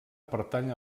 pertany